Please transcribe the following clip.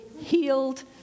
healed